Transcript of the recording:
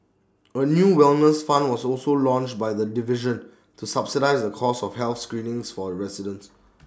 A new wellness fund was also launched by the division to subsidise the cost of health screenings for residents